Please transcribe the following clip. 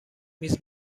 میز